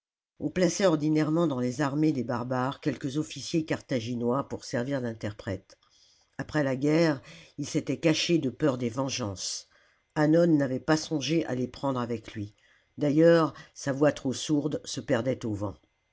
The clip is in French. on plaçait ordinairement dans les armées des barbares quelques officiers carthaginois pour servir d'interprètes après la guerre ils s'étaient cachés de peur des vengeances hannon n'avait pas songé à les prendre avec lui d'ailleurs sa voix trop sourde se perdait au vent